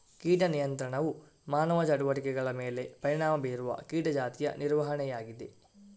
ಕೀಟ ನಿಯಂತ್ರಣವು ಮಾನವ ಚಟುವಟಿಕೆಗಳ ಮೇಲೆ ಪರಿಣಾಮ ಬೀರುವ ಕೀಟ ಜಾತಿಯ ನಿರ್ವಹಣೆಯಾಗಿದೆ